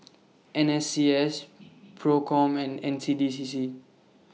N S C S PROCOM and N C D C C